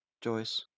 Joyce